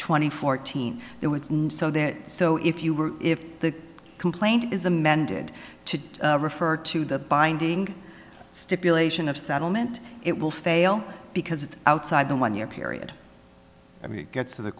and fourteen there was no so that so if you were if the complaint is amended to refer to the binding stipulation of settlement it will fail because it's outside the one year period i mean it gets t